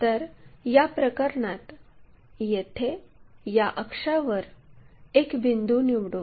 तर याप्रकरणात येथे या अक्षावर एक बिंदू निवडू